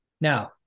now